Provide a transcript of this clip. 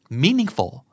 meaningful